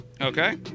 Okay